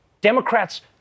Democrats